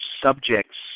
subjects